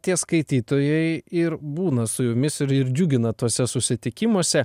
tie skaitytojai ir būna su jumis ir ir džiugina tuose susitikimuose